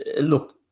look